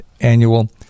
annual